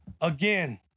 Again